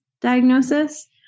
diagnosis